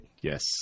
yes